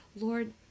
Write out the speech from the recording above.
Lord